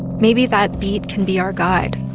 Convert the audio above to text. maybe that beat can be our guide,